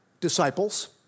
disciples